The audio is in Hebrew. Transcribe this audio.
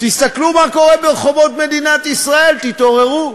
תסתכלו מה קורה ברחובות מדינת ישראל, תתעוררו.